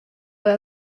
were